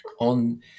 on